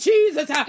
Jesus